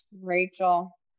rachel